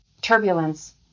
turbulence